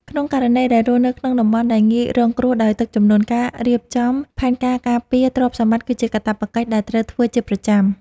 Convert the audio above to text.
ក្នុងករណីដែលរស់នៅក្នុងតំបន់ដែលងាយរងគ្រោះដោយទឹកជំនន់ ការរៀបចំផែនការការពារទ្រព្យសម្បត្តិគឺជាកាតព្វកិច្ចដែលត្រូវធ្វើជាប្រចាំ។